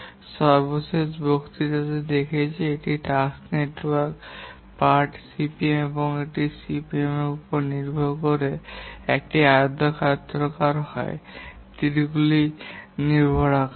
আমরা সর্বশেষ বক্তৃতাটি দেখেছি যে একটি টাস্ক নেটওয়ার্ক পার্ট সিপিএম একটি টাস্ক নেটওয়ার্কের উপর ভিত্তি করে কাজগুলি এখানে আয়তক্ষেত্রাকার হয় তীরগুলির নির্ভরতায়